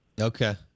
Okay